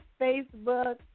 Facebook